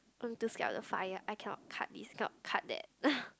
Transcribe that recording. i'm too scared of the fire I cannot cut this kind cannot cut that